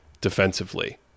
defensively